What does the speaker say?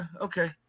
okay